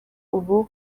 ubu